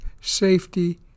safety